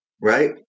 right